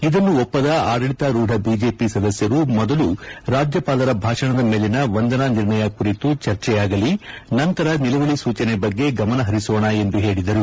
ಇದನ್ನು ಒಪ್ಪದ ಆಡಳಿತಾರೂಢ ಬಿಜೆಪಿ ಸದಸ್ಕರು ಮೊದಲು ರಾಜ್ಯಪಾಲರ ಭಾಷಣದ ಮೇಲಿನ ವಂದನಾ ನಿರ್ಣಯ ಕುರಿತು ಚರ್ಚೆಯಾಗಲಿ ನಂತರ ನಿಲುವಳಿ ಸೂಚನೆ ಬಗ್ಗೆ ಗಮನ ಪರಿಸೋಣ ಎಂದು ಪೇಳಿದರು